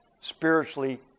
spiritually